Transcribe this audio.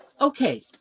Okay